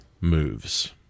moves